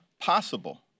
possible